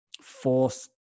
force